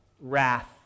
wrath